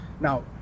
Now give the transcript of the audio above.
now